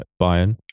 Bayern